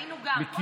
היינו גם.